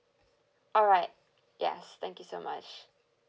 alright yes thank you so much